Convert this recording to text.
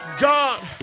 God